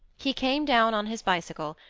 he came down on his bicycle,